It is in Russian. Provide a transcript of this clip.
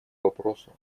вопросу